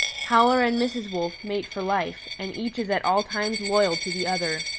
howler and mrs. wolf mate for life, and each is at all times loyal to the other.